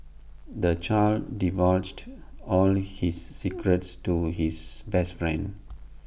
the child divulged all his secrets to his best friend